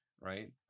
Right